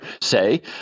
say